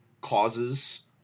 causes